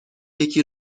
یکی